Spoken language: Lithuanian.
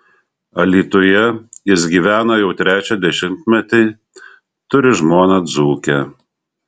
alytuje jis gyvena jau trečią dešimtmetį turi žmoną dzūkę